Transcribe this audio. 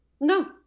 no